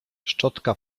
szczotka